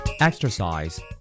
Exercise